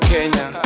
Kenya